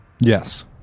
Yes